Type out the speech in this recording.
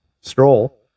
Stroll